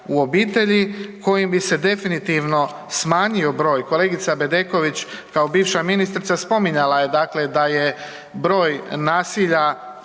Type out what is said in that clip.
u obitelji kojim bi se definitivno smanjio broj, kolegica Bedeković kao bivša ministrica spominjala je dakle da je broj nasilja,